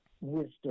wisdom